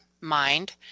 mind